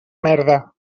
merda